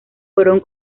fueron